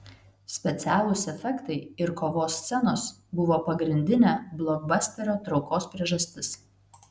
specialūs efektai ir kovos scenos buvo pagrindinė blokbasterio traukos priežastis